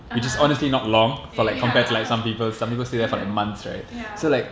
(uh huh) ya ya ya ya